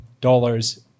dollars